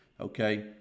Okay